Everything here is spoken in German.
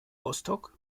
rostock